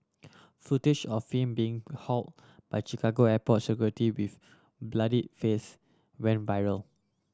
footage of him being haul by Chicago airport security with bloodied face went viral